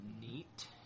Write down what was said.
Neat